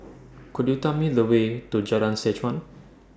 Could YOU Tell Me The Way to Jalan Seh Chuan